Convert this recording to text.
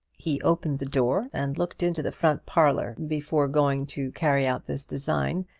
he opened the door and looked into the front parlour before going to carry out this design,